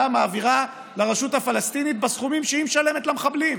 מעבירה לרשות הפלסטינית בסכומים שהיא משלמת למחבלים,